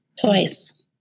twice